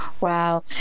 Wow